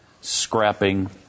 scrapping